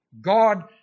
God